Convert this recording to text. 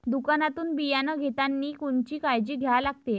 दुकानातून बियानं घेतानी कोनची काळजी घ्या लागते?